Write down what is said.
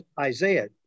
Isaiah